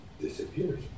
disappears